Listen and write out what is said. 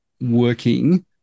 working